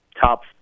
top